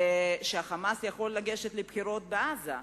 שה"חמאס" יוכל לגשת לבחירות בעזה.